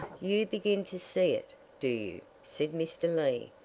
you begin to see it do you? said mr. lee,